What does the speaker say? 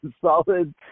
solid